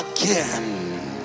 again